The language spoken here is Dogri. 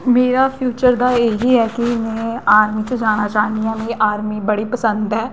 मेरा फ्यूचर दा इ'यै ऐ कि में आर्मी च जाना चाह्न्नीं आं मिगी आर्मी बड़ी पसंद ऐ